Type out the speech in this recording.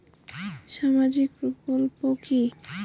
সামাজিক প্রকল্প কি?